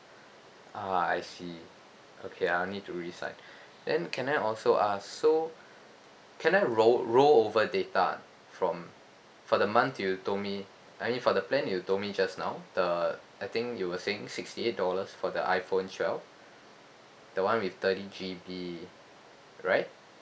ah I see okay I will need to resign then can I also ask so can I roll roll over data from for the month you told me I mean for the plan you told me just now the I think you were saying sixty eight dollars for the iphone twelve the one with thirty G_B right